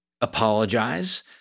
apologize